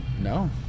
no